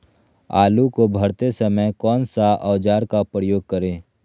आलू को भरते समय कौन सा औजार का प्रयोग करें?